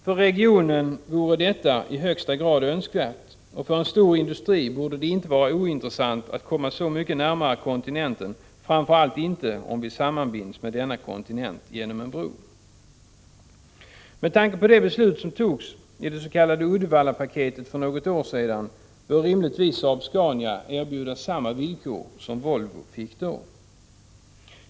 För regionen vore detta i högsta grad önskvärt, och för en stor industri borde det inte vara ointressant att komma så mycket närmare kontinenten, framför allt inte om vi sammanbinds med denna kontinent genom en bro. Med tanke på det beslut som fattades om det s.k. Uddevallapaketet för något år sedan bör rimligtvis Saab-Scania erbjudas samma villkor som Volvo fick då.